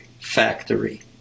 factory